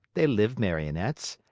they live marionettes,